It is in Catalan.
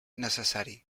necessari